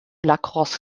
lacrosse